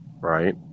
Right